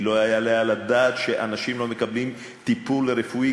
כי לא יעלה על הדעת שאנשים לא מקבלים טיפול רפואי